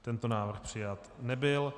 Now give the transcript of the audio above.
Tento návrh přijat nebyl.